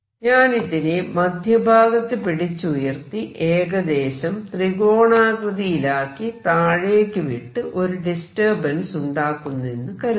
ഞാനിതിനെ മധ്യഭാഗത്ത് പിടിച്ച് ഉയർത്തി ഏകദേശം ത്രികോണാകൃതിയിലാക്കി താഴേക്ക് വിട്ട് ഒരു ഡിസ്റ്റർബൻസ് ഉണ്ടാക്കുന്നെന്നു കരുതുക